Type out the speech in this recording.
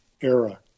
era